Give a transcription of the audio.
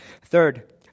Third